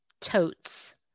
totes